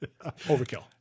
Overkill